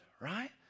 right